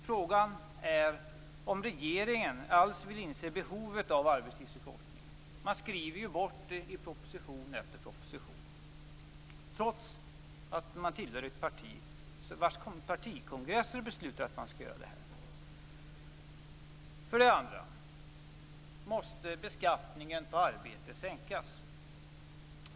Frågan är om regeringen alls vill inse behovet av arbetstidsförkortning. Man skriver ju bort den i proposition efter proposition, trots att man tillhör ett parti vars partikongress har beslutat att man skall genomföra en arbetstidsförkortning. För det andra måste beskattningen på arbete sänkas.